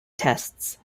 tests